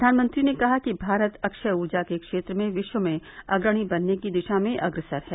प्रधानमंत्री ने कहा कि भारत अक्षय ऊर्जा के क्षेत्र में विश्व में अग्रणी बनने की दिशा में अग्रसर है